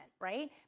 right